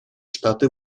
штаты